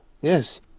yes